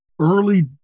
early